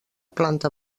planta